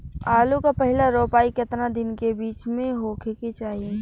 आलू क पहिला रोपाई केतना दिन के बिच में होखे के चाही?